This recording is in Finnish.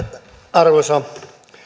arvoisa